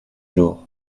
jour